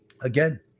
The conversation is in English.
again